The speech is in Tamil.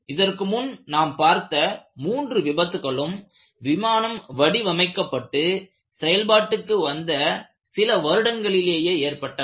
இதற்கு முன் நாம் பார்த்த மூன்று விபத்துக்களும் விமானம் வடிவமைக்கப்பட்டு செயல்பாட்டுக்கு வந்த சில வருடங்களிலேயே ஏற்பட்டவை